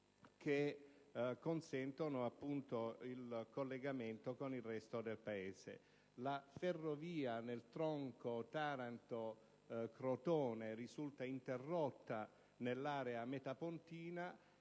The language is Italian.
che consentono appunto il collegamento con il resto del Paese. La ferrovia nel tronco Taranto-Crotone risulta interrotta nell'area metapontina,